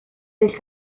del